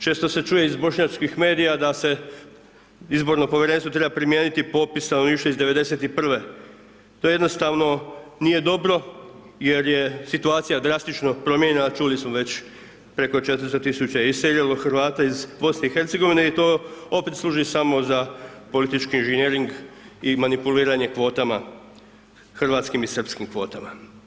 Često se čuje iz bošnjačkih medija da se izborno Povjerenstvo treba primijeniti popis stanovništva iz 91.-ve, to jednostavno nije dobro jer je situacija drastično promijenjena, čuli smo već preko 400 000 je iselilo Hrvata iz BiH i to opet služi samo za politički inženjering i manipuliranje kvotama, hrvatskim i srpskim kvotama.